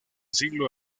siglo